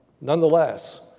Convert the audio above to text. nonetheless